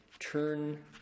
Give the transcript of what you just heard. turn